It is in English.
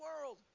world